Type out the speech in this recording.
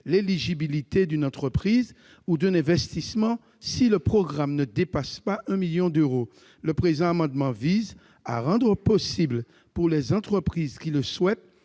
l'éligibilité d'une entreprise ou d'un investissement si le programme ne dépasse pas ce montant. Le présent amendement vise à rendre possible, pour les entreprises qui le souhaitent,